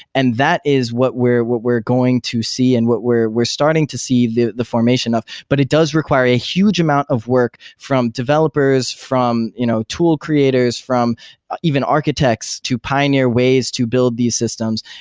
and that is what we're what we're going to see and what we're we're starting to see the the formation of, but it does require a huge amount of work from developers, from you know tool creators, from even architects to pioneer ways to build these systems,